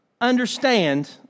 understand